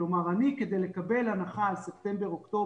כלומר אני כדי לקבל הנחה על ספטמבר-אוקטובר